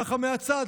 ככה מהצד,